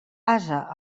ase